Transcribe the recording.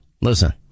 Listen